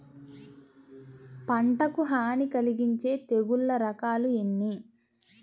పంటకు హాని కలిగించే తెగుళ్ల రకాలు ఎన్ని?